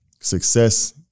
Success